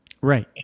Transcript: Right